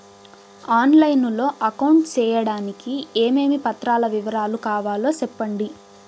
On line లో account సేయడానికి ఏమేమి పత్రాల వివరాలు కావాలో సెప్పండి?